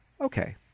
Okay